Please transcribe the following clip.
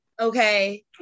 Okay